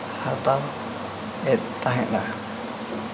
ᱦᱟᱛᱟᱣᱮᱫ ᱛᱟᱦᱮᱱᱟ